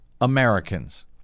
Americans